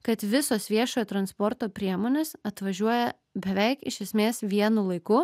kad visos viešojo transporto priemonės atvažiuoja beveik iš esmės vienu laiku